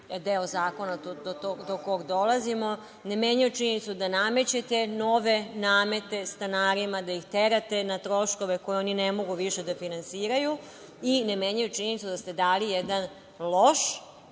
deo zakona do kog dolazimo. Ne menjaju činjenicu da namećete nove namete stanarima, da ih terate na troškove koje oni ne mogu više da finansiraju i ne menjaju činjenicu da ste dali jedan loš